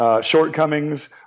shortcomings